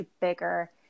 bigger